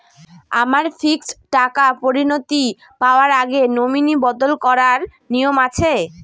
আমার ফিক্সড টাকা পরিনতি পাওয়ার আগে নমিনি বদল করার নিয়ম আছে?